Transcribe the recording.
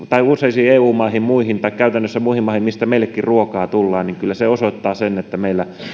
useisiin eu maihin ja muihin käytännössä muihin maihin mistä meillekin ruokaa tuodaan niin kyllä se osoittaa sen että meillä